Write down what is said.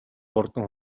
хурдан